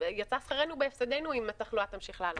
יצא שכרנו בהפסדנו אם התחלואה תמשיך לעלות.